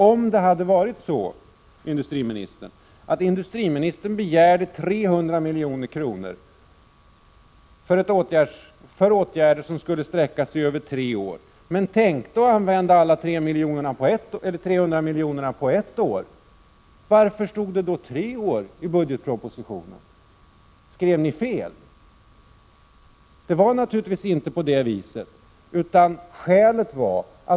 Om det är så, att industriministern har begärt 300 milj.kr. för åtgärder som skall sträcka sig över tre år, men har tänkt att de 300 miljonerna skall användas under ett år, varför står det då tre år i budgetpropositionen? Skrev ni fel? Det var naturligtvis inte på det viset.